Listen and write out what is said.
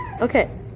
Okay